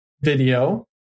video